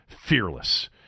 fearless